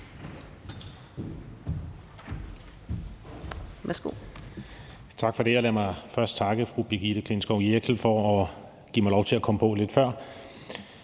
Tak for det, og lad mig først takke fru Brigitte Klintskov Jerkel for at give mig lov til at komme på lidt før.